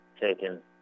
taken